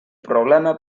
problema